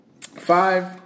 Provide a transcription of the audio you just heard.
Five